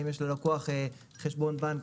אם יש ללקוח חשבון בנק,